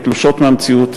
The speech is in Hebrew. שהן תלושות מהמציאות,